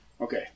Okay